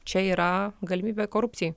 čia yra galimybė korupcijai